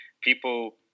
people